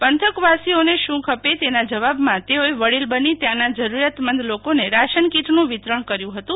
પંથકવાસીઓને શું ખપે તેના જવાબમાં તેઓએ વડીલ બની ત્યાંના જરૂરિયાતમંદ લોકોને રાશનકીટનું વિતરણ કર્યુ ફતું